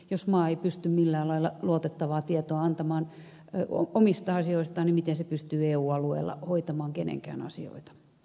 jos maa ei pysty millään lailla luotettavaa tietoa antamaan omista asioistaan niin miten se pystyy eu alueella hoitamaan kenenkään asioita